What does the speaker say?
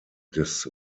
des